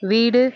வீடு